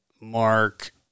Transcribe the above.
Mark